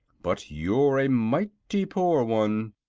but you're a mighty poor one.